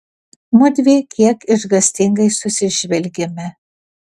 mudvi kiek išgąstingai susižvelgėme